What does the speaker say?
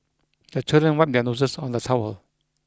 the children wipe their noses on the towel